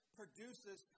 produces